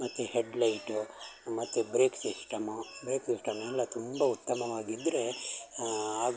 ಮತ್ತೆ ಹೆಡ್ಲೈಟು ಮತ್ತು brake system brake system ಎಲ್ಲ ತುಂಬ ಉತ್ತಮವಾಗಿದ್ದರೆ ಆಗುವ